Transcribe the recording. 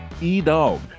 e-dog